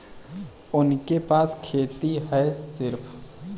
उनके पास खेती हैं सिर्फ